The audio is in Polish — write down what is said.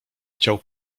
chciał